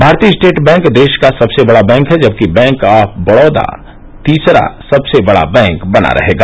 भारतीय state bank देश का सबसे बड़ा बैंक है जबकि बैंक ऑफ बड़ौदा तीसरा सबसे बड़ा बैंक बना रहेगा